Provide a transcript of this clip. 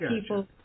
people